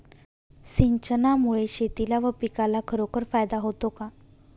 सिंचनामुळे शेतीला व पिकाला खरोखर फायदा होतो का?